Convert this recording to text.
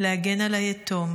להגן על היתום,